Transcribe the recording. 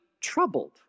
troubled